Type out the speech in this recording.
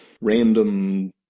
random